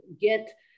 get